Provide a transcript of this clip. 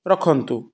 ରଖନ୍ତୁ